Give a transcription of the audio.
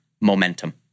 momentum